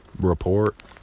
report